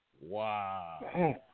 Wow